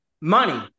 Money